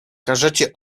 każecie